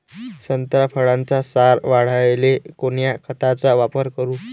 संत्रा फळाचा सार वाढवायले कोन्या खताचा वापर करू?